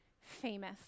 famous